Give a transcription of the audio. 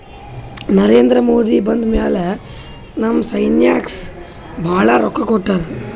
ನರೇಂದ್ರ ಮೋದಿ ಬಂದ್ ಮ್ಯಾಲ ನಮ್ ಸೈನ್ಯಾಕ್ ಭಾಳ ರೊಕ್ಕಾ ಕೊಟ್ಟಾರ